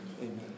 Amen